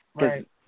Right